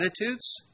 attitudes